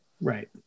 Right